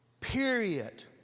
Period